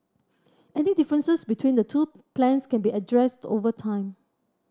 any differences between the two plans can be addressed over time